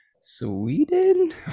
Sweden